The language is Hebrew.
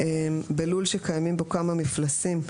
בלול שקיימים בו כמה מפלסים,